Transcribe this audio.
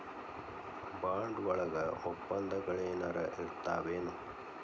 Bond ವಳಗ ವಪ್ಪಂದಗಳೆನರ ಇರ್ತಾವೆನು?